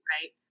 Right